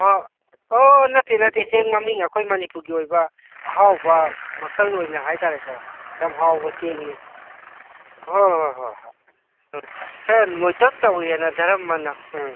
ꯑꯣ ꯑꯣ ꯅꯠꯇꯦ ꯅꯠꯇꯦ ꯆꯦꯡ ꯃꯃꯤꯡ ꯑꯩꯈꯣꯏ ꯃꯅꯤꯄꯨꯔꯒꯤ ꯑꯣꯏꯕ ꯑꯍꯥꯎꯕ ꯃꯈꯜ ꯑꯣꯏꯅ ꯍꯥꯏ ꯇꯥꯔꯦꯀꯣ ꯌꯥꯝ ꯍꯥꯎꯕ ꯆꯦꯡꯅꯤ ꯍꯣꯏ ꯍꯣꯏ ꯍꯣꯏ ꯈꯔ ꯅꯣꯏꯇꯛ ꯇꯧꯋꯦꯅ ꯗꯔꯝ ꯑꯅ ꯎꯝ